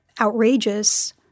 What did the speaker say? outrageous